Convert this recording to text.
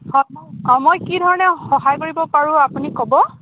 হয় অঁ মই কি ধৰণে সহায় কৰিব পাৰোঁ আপুনি ক'ব